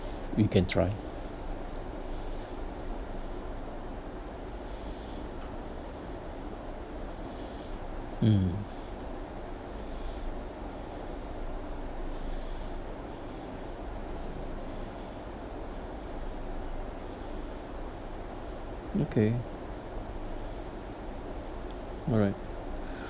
you can try mm okay alright